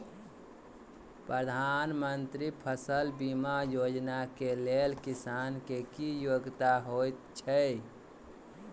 प्रधानमंत्री फसल बीमा योजना केँ लेल किसान केँ की योग्यता होइत छै?